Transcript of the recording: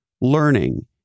learning